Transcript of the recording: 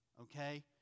Okay